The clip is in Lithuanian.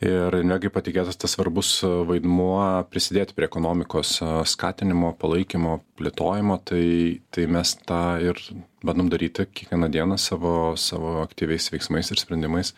ir invegai patikėtas tas svarbus vaidmuo prisidėti prie ekonomikos skatinimo palaikymo plėtojimo tai tai mes tą ir bandom daryti kiekvieną dieną savo savo aktyviais veiksmais ir sprendimais